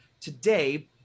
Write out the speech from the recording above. today